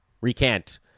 Recant